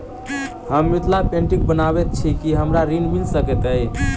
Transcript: हम मिथिला पेंटिग बनाबैत छी की हमरा ऋण मिल सकैत अई?